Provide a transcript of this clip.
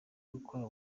gukora